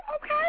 okay